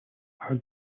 are